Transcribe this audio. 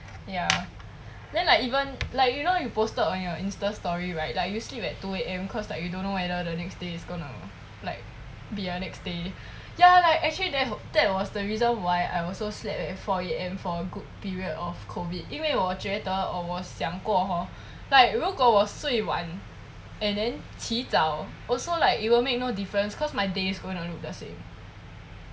ya then like even like you know you posted on your insta story right like you sleep at two A_M cause like you don't know whether the next day is gonna like be a next day ya like actually that that was the reason why I also slept at like four A_M for good period of COVID 因为我觉得 or 我想过 hor like 如果我睡晚 and then 起早 also like you will make no difference cause my day's gonna look the same ya